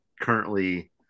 currently